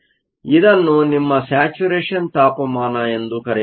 ಇದನ್ನು ನಿಮ್ಮ ಸ್ಯಾಚುರೇಶನ್ ತಾಪಮಾನ ಎಂದು ಕರೆಯಲಾಗುತ್ತದೆ